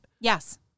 Yes